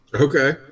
Okay